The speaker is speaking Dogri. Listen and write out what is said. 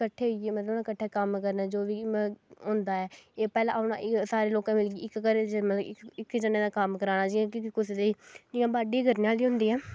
कट्ठे होइयै मतलब उ'नें किट्ठे कम्म करना जो बी होंदा ऐ एह् पैह्लें औना सारे लोकें इक घरै च इक जने दा कम्म कराना जि'यां कि कुसै दी जि'यां बाड्डी करने आह्ली होंदी ऐ